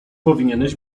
powinieneś